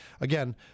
again